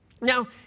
Now